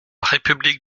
république